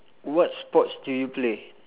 what sports do you play